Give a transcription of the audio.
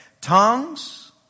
tongues